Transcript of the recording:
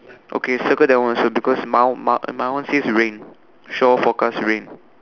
okay circle that one also because my my my one says rain shower forecast rain